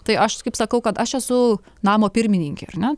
tai aš kaip sakau kad aš esu namo pirmininkė ar ne